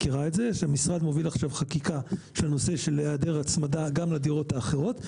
המשרד מוביל עכשיו חקיקה של נושא של העדר הצמדה גם לדירות אחרות,